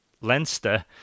Leinster